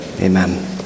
amen